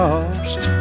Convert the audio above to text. Lost